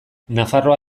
nafarroa